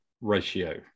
ratio